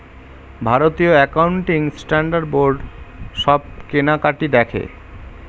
ভারতীয় accounting standard board সব কেনাকাটি দেখে